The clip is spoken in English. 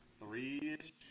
Three-ish